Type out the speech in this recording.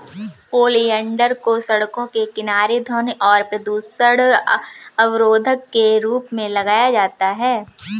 oleander को सड़कों के किनारे ध्वनि और प्रदूषण अवरोधक के रूप में लगाया जाता है